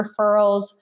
referrals